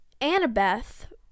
Annabeth